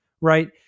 right